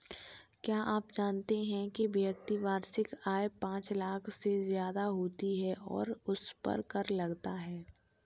क्या आप जानते है व्यक्ति की वार्षिक आय पांच लाख से ज़्यादा होती है तो उसपर कर लगता है?